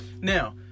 Now